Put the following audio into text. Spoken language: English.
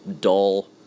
dull